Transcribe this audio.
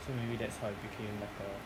so maybe that's how I became like err